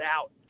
out